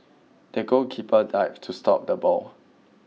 the goalkeeper dived to stop the ball